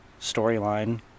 storyline